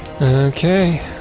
Okay